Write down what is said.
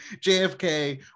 jfk